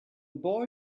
boy